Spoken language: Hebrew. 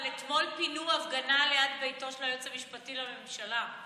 אבל אתמול פינו הפגנה ליד ביתו של היועץ המשפטי לממשלה,